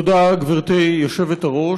תודה, גברתי היושבת-ראש.